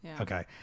Okay